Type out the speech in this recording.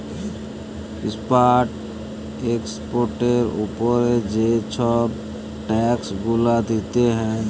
import এক্সপর্টের উপরে যে ছব ট্যাক্স গুলা দিতে হ্যয়